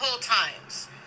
times